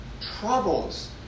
troubles